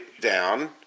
down